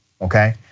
okay